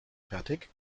fertig